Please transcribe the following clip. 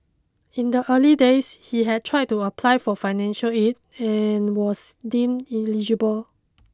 in the early days he had tried to apply for financial aid but was deemed ineligible